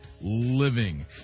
Living